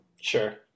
Sure